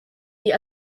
die